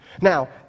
Now